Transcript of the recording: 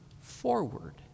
forward